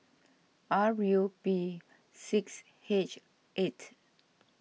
R U P six H eight